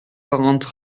quarante